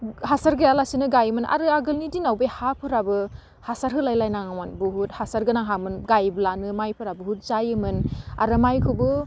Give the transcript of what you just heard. हासार गैयालासेनो गाइयोमोन आरो आगोलनि दिनाव बे हाफोराबो हासार होलाय लायनाङामोन बुहुत हासार गोनां हामोन गायब्लानो मायफोरा बुहुत जायोमोन आरो माइखौबो